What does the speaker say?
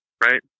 right